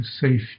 safety